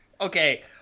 okay